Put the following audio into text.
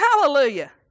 Hallelujah